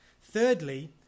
thirdly